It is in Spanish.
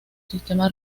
sistema